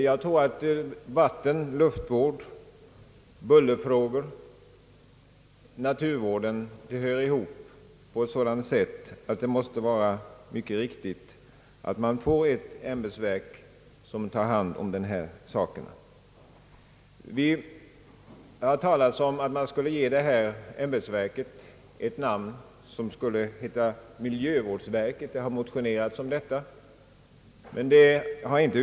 Jag tror att vattenoch luftvård, bullerfrågor och naturvård hör ihop på ett sådant sätt, att det är synnerligen motiverat att ett enda ämbetsverk får ta hand om allt detta. Det har gjorts gällande att detta ämhbetsverk i stället borde ges namnet miljövårdsverket. Det har väckts motioner i detta syfte.